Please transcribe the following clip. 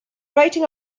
writing